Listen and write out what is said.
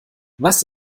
was